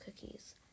cookies